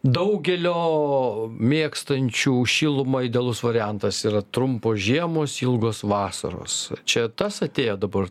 daugelio mėgstančių šilumą idealus variantas yra trumpos žiemos ilgos vasaros čia tas atėjo dabar